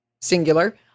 singular